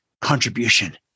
contribution